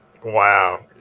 Wow